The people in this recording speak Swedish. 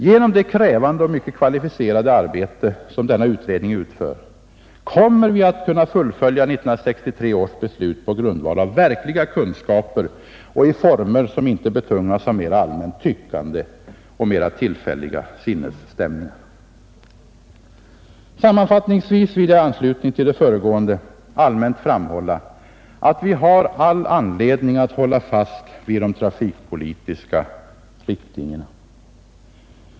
Genom det krävande och mycket kvalificerade arbete som denna utredning utför kommer vi att kunna fullfölja 1963 års beslut på grundval av verkliga kunskaper och i former, som inte bygger på allmänt tyckande och tillfälliga sinnesstämningar. Sammanfattningsvis vill jag i anslutning till det föregående allmänt framhålla, att vi har all anledning att hålla fast vid de trafikpolitiska riktlinjerna.